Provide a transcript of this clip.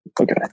Okay